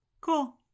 cool